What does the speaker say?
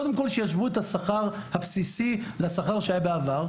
קודם כל שישוו את השכר הבסיסי לשכר שהיה בעבר,